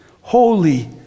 Holy